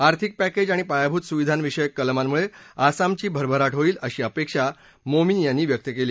आर्थिक पॅकेज आणि पायाभूत सुविधांविषयक कलमांमुळे आसामची भरभराट होईल अशी अपेक्षा मोमीन यांनी व्यक्त केली